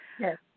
Yes